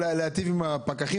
לעניין.